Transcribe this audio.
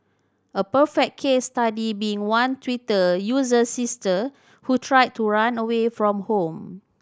a perfect case study being one Twitter user's sister who tried to run away from home